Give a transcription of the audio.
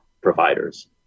providers